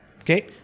okay